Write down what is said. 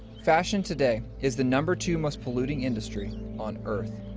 fashion today is the number two most polluting industry on earth,